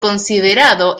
considerado